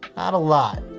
not a lot.